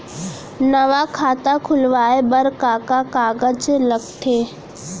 नवा खाता खुलवाए बर का का कागज लगथे?